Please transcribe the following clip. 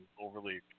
overly